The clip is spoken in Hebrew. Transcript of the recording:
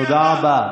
תודה רבה.